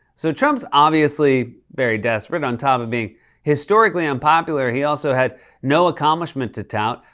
so trump's obviously very desperate. on top of being historically unpopular, he also had no accomplishment to tout,